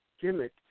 gimmick